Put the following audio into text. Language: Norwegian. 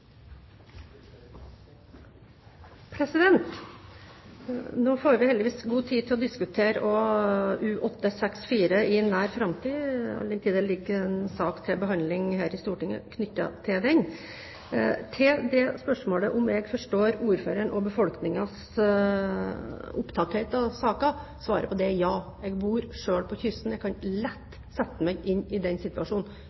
får heldigvis god tid til å diskutere U-864 i nær framtid, all den tid det ligger en sak til behandling her i Stortinget knyttet til den. På spørsmålet om jeg forstår at ordføreren og befolkningen er opptatt av saken, er svaret ja. Jeg bor selv ved kysten, jeg kan